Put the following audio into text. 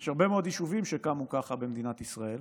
יש הרבה מאוד יישובים שקמו כך במדינת ישראל,